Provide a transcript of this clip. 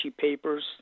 Papers